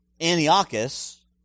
Antiochus